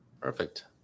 Perfect